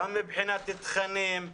גם מבחינת תכנים?